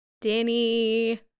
danny